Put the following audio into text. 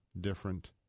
different